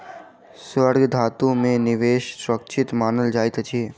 स्वर्ण धातु में निवेश सुरक्षित मानल जाइत अछि